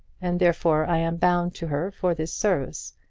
and therefore i am bound to her for this service.